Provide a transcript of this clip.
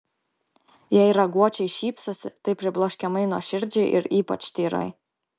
jei raguočiai šypsosi tai pribloškiamai nuoširdžiai ir ypač tyrai